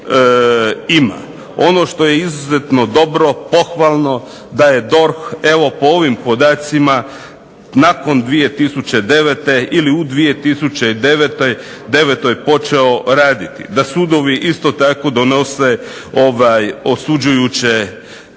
ima. Ono što je izuzetno dobro, pohvalno da je DORH evo po ovim podacima nakon 2009. ili u 2009. počeo raditi. Da sudovi isto tako donose osuđujuće